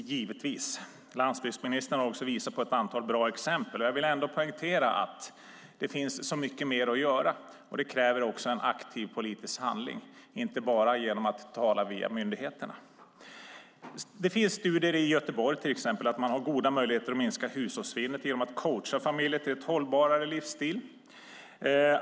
Givetvis. Landsbygdsministern har också visat på ett antal bra exempel. Men jag vill ändå poängtera att det finns så mycket mer att göra. Det kräver också en aktiv politisk handling, inte bara genom att tala via myndigheterna. Det finns studier i Göteborg till exempel som visar att man har goda möjligheter att minska hushållssvinnet genom att coacha familjer till en hållbarare livsstil.